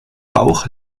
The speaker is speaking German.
bauch